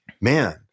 man